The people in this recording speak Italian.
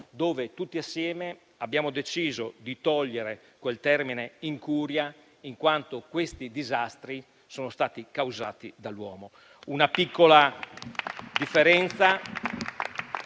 dove tutti assieme abbiamo deciso di togliere quel termine "incuria" in quanto questi disastri sono stati causati dall'uomo.